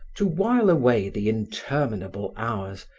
to while away the interminable hours,